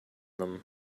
them